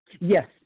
yes